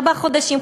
ארבעה חודשים,